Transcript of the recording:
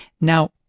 Now